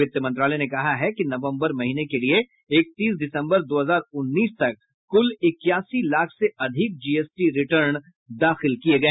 वित्त मंत्रालय ने कहा है कि नवंबर महीने के लिए इकतीस दिसंबर दो हजार उन्नीस तक कुल इक्यासी लाख से अधिक जीएसटी रिटर्न दाखिल किए गए